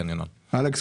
אלכס,